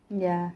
ya